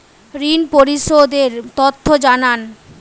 ঋন পরিশোধ এর তথ্য জানান